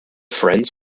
friends